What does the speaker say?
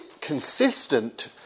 consistent